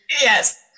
Yes